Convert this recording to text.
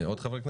עוד חברי כנסת?